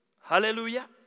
Hallelujah